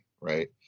right